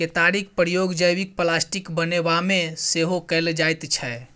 केतारीक प्रयोग जैबिक प्लास्टिक बनेबामे सेहो कएल जाइत छै